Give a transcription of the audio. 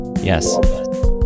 Yes